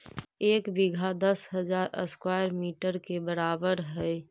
एक बीघा दस हजार स्क्वायर मीटर के बराबर हई